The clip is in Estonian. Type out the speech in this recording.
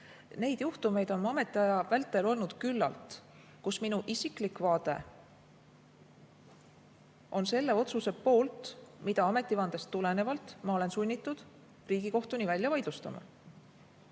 Neid juhtumeid on mu ametiaja vältel olnud küllalt, kus minu isiklik vaade on selle otsuse poolt, mida ametivandest tulenevalt ma olen sunnitud Riigikohtuni välja vaidlustama.